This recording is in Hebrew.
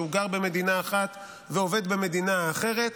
או שהוא גר במדינה האחת ועובד במדינה האחרת,